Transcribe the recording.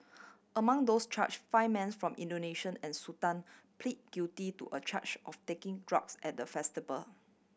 among those charged five mans from Indonesia and Sudan pleaded guilty to a charge of taking drugs at the